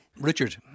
Richard